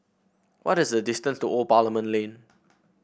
what is the distance to Old Parliament Lane